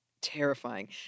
Terrifying